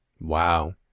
Wow